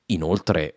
Inoltre